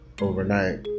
overnight